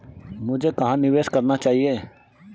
मुझे कहां निवेश करना चाहिए?